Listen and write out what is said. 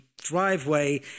driveway